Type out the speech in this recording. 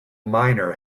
miner